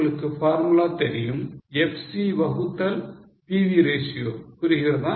உங்களுக்கு formula தெரியும் FC வகுத்தல் PV ratio புரிகிறதா